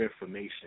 information